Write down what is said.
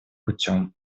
путем